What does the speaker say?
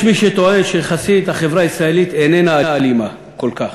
יש מי שטוען שיחסית החברה הישראלית איננה אלימה כל כך.